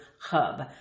hub